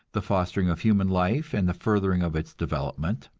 the fostering of human life and the furthering of its development.